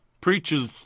preaches